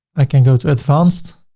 i can go to advanced,